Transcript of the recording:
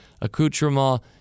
accoutrement